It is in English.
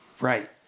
Right